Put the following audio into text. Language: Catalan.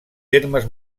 termes